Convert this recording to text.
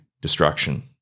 destruction